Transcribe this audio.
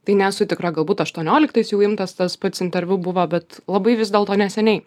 tai nesu tikra galbūt aštuonioliktais jau imtas tas pats interviu buvo bet labai vis dėlto neseniai